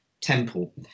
temple